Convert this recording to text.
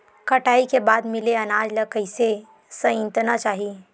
कटाई के बाद मिले अनाज ला कइसे संइतना चाही?